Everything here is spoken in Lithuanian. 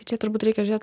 čia turbūt reikia žiūrėt